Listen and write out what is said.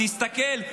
תסתכל,